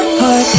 heart